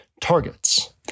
targets